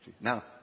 Now